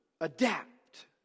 adapt